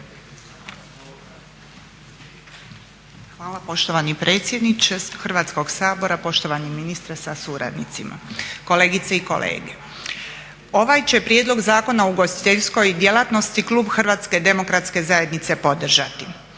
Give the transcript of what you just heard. Hvala poštovani predsjedniče Hrvatskoga sabora, poštovani ministre sa suradnicima, kolegice i kolege. Ovaj će Prijedlog zakona o ugostiteljskoj djelatnosti klub Hrvatske demokratske zajednice podržati.